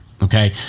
Okay